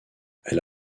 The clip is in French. elle